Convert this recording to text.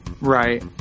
right